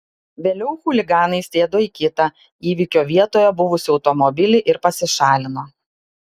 vėliau chuliganai sėdo į kitą įvykio vietoje buvusį automobilį ir pasišalino